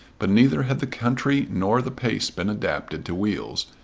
but neither had the country nor the pace been adapted to wheels,